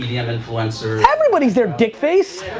yeah influencers, everybody is there dick face.